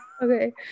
Okay